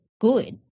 good